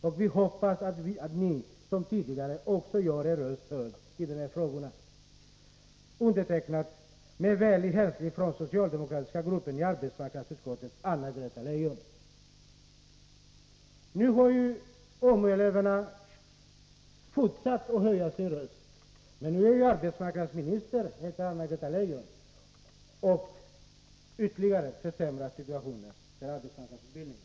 Och vi hoppas att ni som tidigare också gör er röst hörd i de här frågorna.” Brevet är undertecknat: ”Med vänlig hälsning från den socialdemokratiska gruppen i arbetsmarknadsutskottet, Anna-Greta Leijon.” Nu har AMU-eleverna fortsatt att göra sina röster hörda, men nu är ju arbetsmarknadsministern Anna-Greta Leijon, och situationen försämras ytterligare för arbetsmarknadsutbildningen.